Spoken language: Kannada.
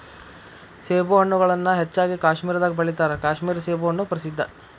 ಸೇಬುಹಣ್ಣುಗಳನ್ನಾ ಹೆಚ್ಚಾಗಿ ಕಾಶ್ಮೇರದಾಗ ಬೆಳಿತಾರ ಕಾಶ್ಮೇರ ಸೇಬುಹಣ್ಣು ಪ್ರಸಿದ್ಧ